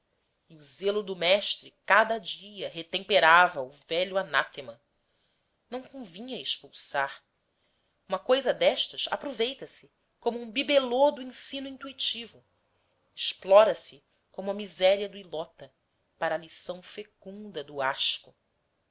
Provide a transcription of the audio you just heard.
e o zelo do mestre cada dia retemperava o velho anátema não convinha expulsar uma coisa destas aproveita se como um bibelô do ensino intuitivo explora se como a miséria do hilota para a lição fecunda do asco